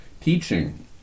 teaching